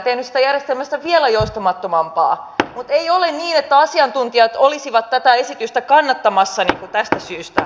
mutta ei ole niin että asiantuntijat olisivat tätä esitystä kannattamassa tästä syystä